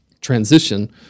transition